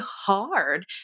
hard